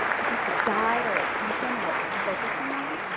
these have to guide our attention and what we're focusing on,